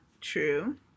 true